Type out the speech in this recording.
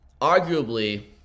arguably